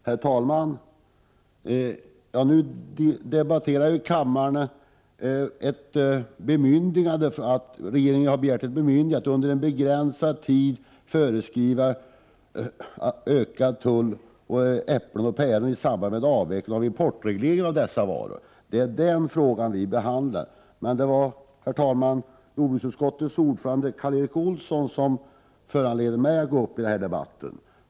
Herr talman! Kammaren debatterar en begäran från regeringen om ett bemyndigande att under begränsad tid föreskriva ökad tull på äpplen och päron i samband med en avveckling av importregleringen av dessa varor. Det var, herr talman, jordbruksutskottets ordförande Karl Erik Olsson som föranledde mig att begära ordet i denna debatt.